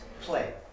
play